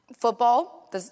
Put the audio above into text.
football